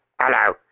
Hello